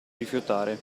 rifiutare